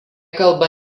kalba